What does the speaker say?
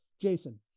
Jason